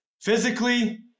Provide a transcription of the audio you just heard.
physically